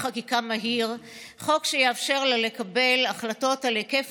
חקיקה מהיר חוק שיאפשר לה לקבל החלטות על היקף